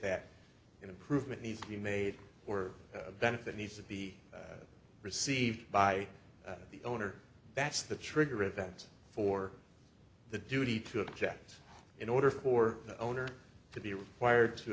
that improvement needs to be made or a benefit needs to be received by the owner that's the trigger event for the duty to object in order for the owner to be required to